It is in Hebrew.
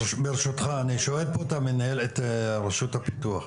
ברשותך, אני שואל פה את רשות הפיתוח,